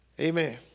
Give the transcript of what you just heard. Amen